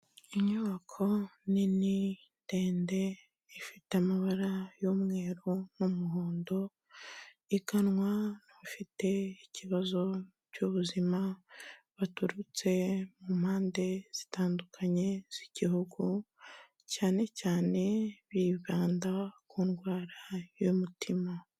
Inyubako nini ndende ifite amabara y'umweru n'umuhondo, iganwa n'abafite ikibazo cy'ubuzima baturutse mu mpande zitandukanye z'igihugu cyane cyane bibanda ku ndwara y'umutima.